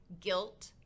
guilt